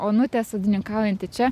onutė sodininkaujanti čia